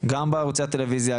גם בערוצי הטלוויזיה,